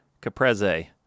Caprese